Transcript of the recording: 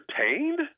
entertained